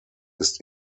ist